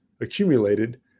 accumulated